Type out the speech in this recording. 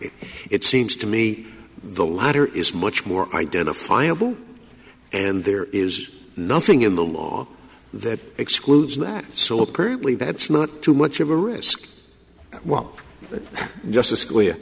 it seems to me the latter is much more identifiable and there is nothing in the law that excludes that so apparently that's not too much of a risk while justice s